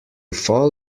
fall